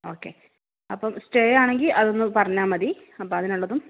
okay അപ്പം സ്റ്റേയാണെങ്കിൽ അതൊന്ന് പറഞ്ഞാൽ മതി അപ്പോൾ അതിനുള്ളതും